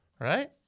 Right